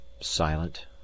silent